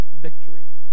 Victory